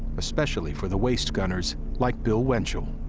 especially for the waist gunners like bill winchell.